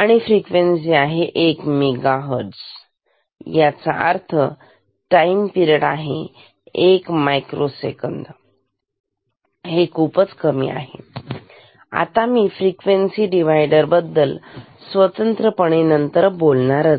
आणि frequency 1 mega hertz असेल ह्याचा अर्थ टाइम पेरिड 1 मायक्रो सेकंद आहे जे खूपच कमी होते आता मी फ्रिक्वेन्सी डिव्हायडर बद्दल स्वतंत्र पणे नंतर बोलेलंच